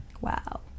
Wow